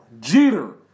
Jeter